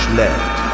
left